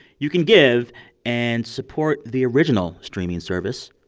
you can give and support the original streaming service,